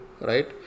right